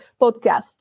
podcast